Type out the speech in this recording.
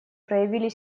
проявили